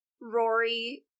Rory